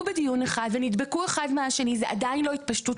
בדיון אחד ונדבקו אחד מהשני אבל זאת עדיין לא התפשטות